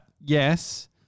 yes